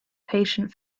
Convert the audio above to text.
patient